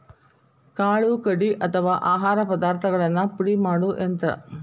ಕಾಳು ಕಡಿ ಅಥವಾ ಆಹಾರ ಪದಾರ್ಥಗಳನ್ನ ಪುಡಿ ಮಾಡು ಯಂತ್ರ